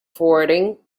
forwarding